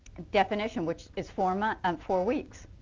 definition which is four um ah um four weeks.